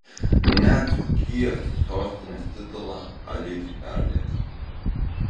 net dzūkijos sostinės titulą alytui perleido